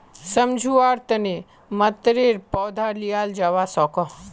सम्झुआर तने मतरेर पौधा लियाल जावा सकोह